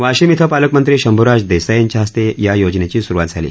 वाशिम इथं पालकमंत्री शंभूराज देसाई यांच्या हस्ते या योजनेची सुरुवात झाली